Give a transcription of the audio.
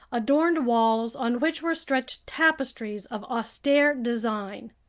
adorned walls on which were stretched tapestries of austere design.